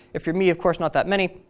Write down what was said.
if you're me, of course, not that many,